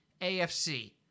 AFC